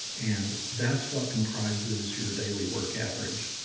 and that's what comprises your daily work average.